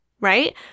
right